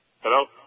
Hello